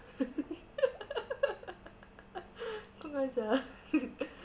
kau gan~ [sial]